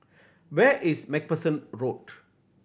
where is Macpherson Road